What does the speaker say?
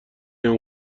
اون